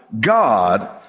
God